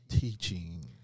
teaching